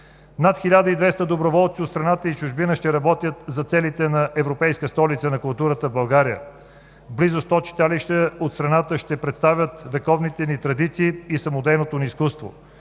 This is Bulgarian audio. Над 1200 доброволци от страната и чужбина ще работят за целите на Европейска столица на културата в България. Близо 100 читалища от страната ще представят вековните ни традиции и самодейното ни изкуство.